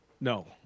No